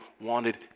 wanted